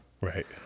Right